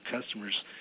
customers